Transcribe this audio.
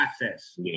process